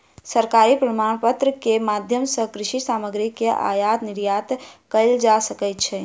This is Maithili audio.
सरकारी प्रमाणपत्र के माध्यम सॅ कृषि सामग्री के आयात निर्यात कयल जा सकै छै